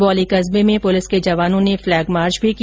बौली कस्बे में पुलिस के जवानों ने फ़लैग मार्च भी किया